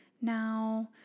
Now